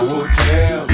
Hotel